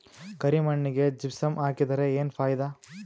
ಕರಿ ಮಣ್ಣಿಗೆ ಜಿಪ್ಸಮ್ ಹಾಕಿದರೆ ಏನ್ ಫಾಯಿದಾ?